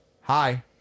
hi